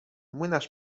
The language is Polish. młynarz